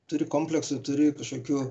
turi kompleksų turi kažkokių